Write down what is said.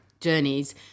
journeys